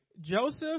Joseph